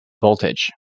Voltage